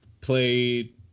played